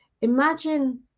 imagine